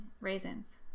raisins